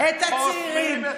את הצעירים,